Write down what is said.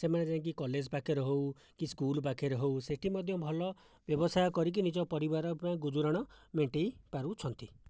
ସେମାନେ ଯାଇକି କଲେଜ ପାଖରେ ହେଉ କି ସ୍କୁଲ ପାଖରେ ହେଉ ସେ'ଠି ମଧ୍ୟ ଭଲ ବ୍ୟବସାୟ କରିକି ନିଜ ପରିବାର ପୁରା ଗୁଜୁରାଣ ମେଣ୍ଟାଇ ପାରୁଛନ୍ତି